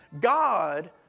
God